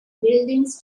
buildings